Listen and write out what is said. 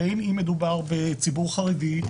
בין אם מדובר בציבור חרדי,